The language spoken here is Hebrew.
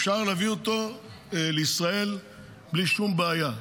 אפשר להביא אותו לישראל בלי שום בעיה.